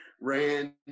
ran